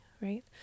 right